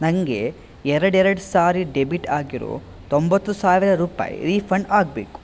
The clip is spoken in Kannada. ನನಗೆ ಎರಡು ಎರಡು ಸಾರಿ ಡೆಬಿಟ್ ಆಗಿರೋ ತೊಂಬತ್ತು ಸಾವಿರ ರೂಪಾಯಿ ರೀಫಂಡ್ ಆಗಬೇಕು